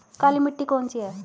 काली मिट्टी कौन सी है?